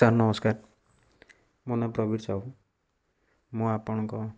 sir ନମସ୍କାର ମୋ ନାଁ ପ୍ରବୀର ସାହୁ ମୁଁ ଆପଣଙ୍କ